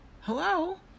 hello